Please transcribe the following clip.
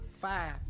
Five